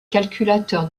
calculateur